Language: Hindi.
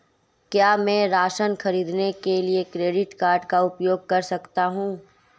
क्या मैं राशन खरीदने के लिए क्रेडिट कार्ड का उपयोग कर सकता हूँ?